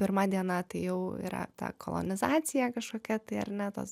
pirma diena tai jau yra ta kolonizacija kažkokia tai ar ne tos